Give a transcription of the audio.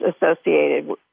associated